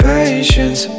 Patience